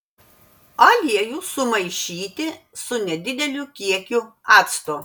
aliejų sumaišyti su nedideliu kiekiu acto